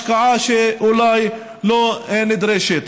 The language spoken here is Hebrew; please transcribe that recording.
השקעה שאולי לא נדרשת.